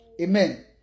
Amen